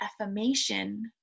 affirmation